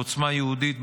בעוצמה יהודית,